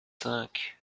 cinq